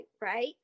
right